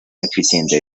deficiente